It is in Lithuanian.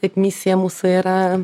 taip misija mūsų yra